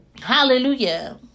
Hallelujah